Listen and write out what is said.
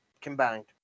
combined